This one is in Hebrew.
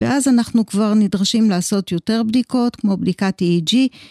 ואז אנחנו כבר נדרשים לעשות יותר בדיקות, כמו בדיקת EEG.